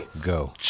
Go